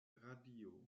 radio